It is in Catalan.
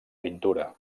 pintura